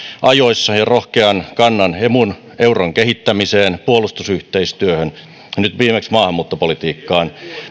ajoissa rohkean kannan emun ja euron kehittämiseen puolustusyhteistyöhön ja nyt viimeksi maahanmuuttopolitiikkaan